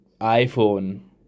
iPhone